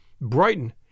Brighton